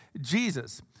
Jesus